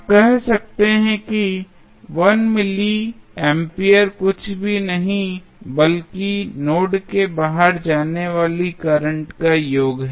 आप कह सकते हैं कि 1 मिली एंपियर कुछ भी नहीं है बल्कि नोड के बाहर जाने वाले करंट का योग है